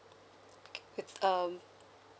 okay good um